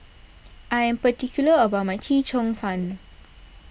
I am particular about my Chee Cheong Fun